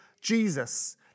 Jesus